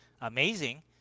amazing